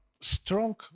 strong